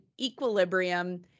equilibrium